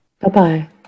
Bye-bye